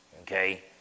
Okay